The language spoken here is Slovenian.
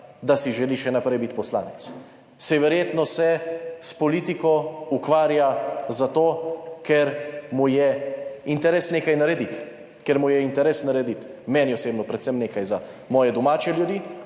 da si želi še naprej biti poslanec, saj verjetno se s politiko ukvarja zato, ker mu je interes nekaj narediti, ker mu je interes narediti. Meni osebno predvsem nekaj za moje domače ljudi